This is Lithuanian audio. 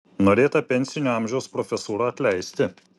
norėta pensinio amžiaus profesūrą atleisti